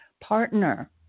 partner